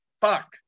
Fuck